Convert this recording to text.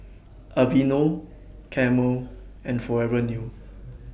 Aveeno Camel and Forever New